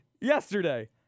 yesterday